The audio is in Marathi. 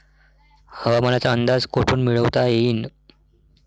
हवामानाचा अंदाज कोठून मिळवता येईन?